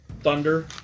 Thunder